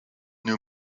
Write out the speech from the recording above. new